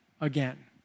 again